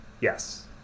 Yes